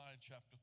chapter